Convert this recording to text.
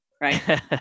right